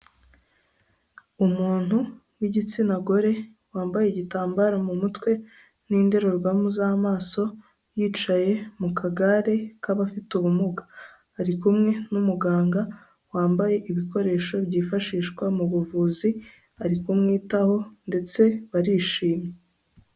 Umuntu w'igitsina gore wambaye igitambaro mu mutwe n'indorerwamo z'amaso yicaye mu kagare k'abafite ubumuga, ari kumwe n'umuganga wambaye ibikoresho byifashishwa mu buvuzi ari kumwitaho ndetse barishimye.